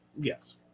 Yes